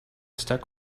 stuck